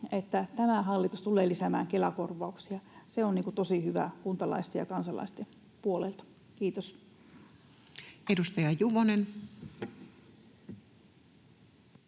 että tämä hallitus tulee lisäämään Kela-korvauksia. Se on tosi hyvä kuntalaisten ja kansalaisten puolelta. — Kiitos. [Speech